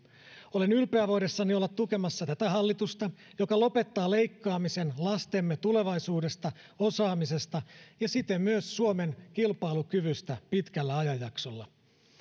olen ylpeä voidessani olla tukemassa tätä hallitusta joka lopettaa leikkaamisen lastemme tulevaisuudesta osaamisesta ja siten myös suomen kilpailukyvystä pitkällä ajanjaksolla